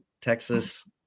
Texas